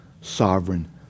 sovereign